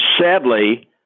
sadly